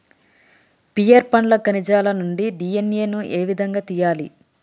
Pear పండ్ల కణజాలం నుండి డి.ఎన్.ఎ ను ఏ విధంగా తియ్యాలి?